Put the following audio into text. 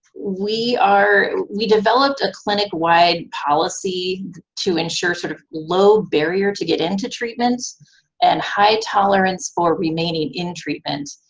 we are, we developed a clinic-wide policy to ensure sort of low barriers to get into treatments and high tolerance for remaining in treatment,